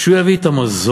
שהוא יביא את המזור